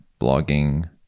blogging